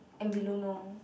and below no